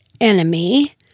enemy